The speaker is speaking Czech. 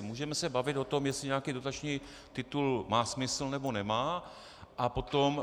Můžeme se bavit o tom, jestli nějaký dotační titul má smysl, nebo nemá, a potom...